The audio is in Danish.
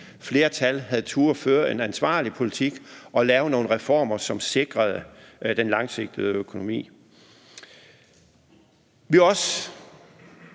havde turdet føre en ansvarlig politik og lave nogle reformer, som sikrede den langsigtede økonomi.